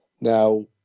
Now